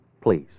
please